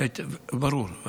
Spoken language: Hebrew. ברור.